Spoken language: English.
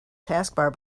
taskbar